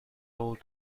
old